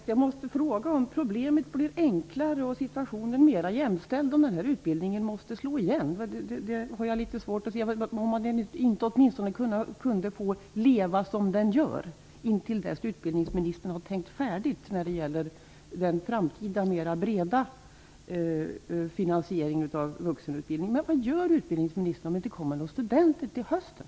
Herr talman! Blir problemet enklare och situationen mer jämställd om den här utbildningen måste slå igen? Jag har litet svårt att se det. Kan den inte få leva som den gör intill dess att utbildningsministern har tänkt färdigt om den framtida, mer breda finansieringen av vuxenutbildningen? Vad gör utbildningsministern om det inte kommer några studenter till hösten?